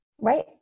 Right